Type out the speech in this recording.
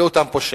לאותם פושעים.